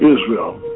Israel